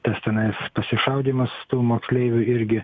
tas tenais pasišaudymas tų moksleivių irgi